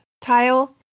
tile